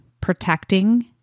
protecting